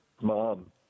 Mom